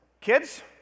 kids